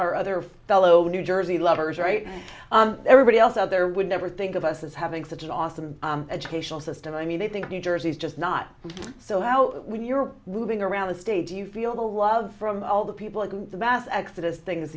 our other fellow new jersey lovers or everybody else out there would never think of us as having such an awesome educational system i mean they think new jersey is just not so how when you were moving around the state do you feel the love from all the people in the mass exodus thing